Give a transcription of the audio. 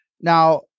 Now